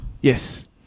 Yes